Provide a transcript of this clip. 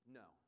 no